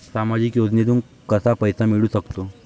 सामाजिक योजनेतून कसा पैसा मिळू सकतो?